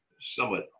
somewhat